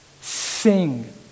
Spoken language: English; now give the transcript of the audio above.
sing